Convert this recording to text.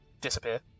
disappear